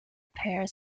pair